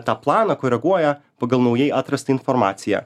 tą planą koreguoja pagal naujai atrastą informaciją